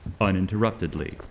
uninterruptedly